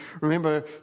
remember